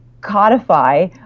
codify